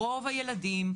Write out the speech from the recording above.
רוב הילדים,